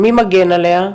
מי מגן עליה?